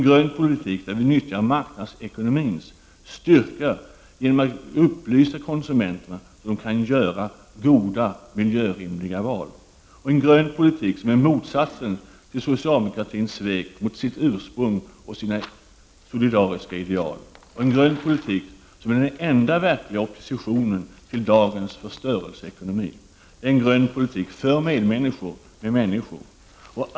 Grön politik där vi utnyttjar marknadsekonomins styrka genom att upplysa konsumenterna, så att de kan göra goda miljörimliga val. Grön politik är motsatsen till socialdemokratins svek mot sitt ursprung och sina solidariska ideal. Grön politik är den enda verkliga oppositionen till dagens förstörelseekonomi.